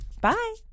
Bye